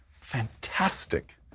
Fantastic